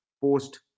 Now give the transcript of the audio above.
post